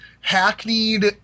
hackneyed